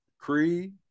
Creed